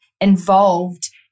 involved